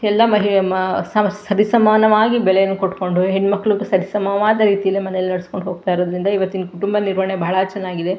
ಎಲ್ಲ ಮಹಿಳೆ ಮ ಸಮ್ ಸರಿ ಸಮಾನವಾಗಿ ಬೆಲೆಯನ್ನ ಕೊಟ್ಕೊಂಡು ಹೆಣ್ಣು ಮಕ್ಳಿಗೂ ಸರಿ ಸಮವಾದ ರೀತಿಲಿ ಮನೇಲಿ ನಡ್ಸ್ಕೊಂಡು ಹೋಗ್ತಾ ಇರೋರಿಂದ ಈವತ್ತಿನ ಕುಟುಂಬ ನಿರ್ವಹಣೆ ಬಹಳ ಚೆನ್ನಾಗಿದೆ